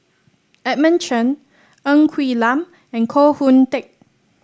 Edmund Chen Ng Quee Lam and Koh Hoon Teck